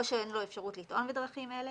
או שאין לו אפשרות לטעון בדרכים אלה,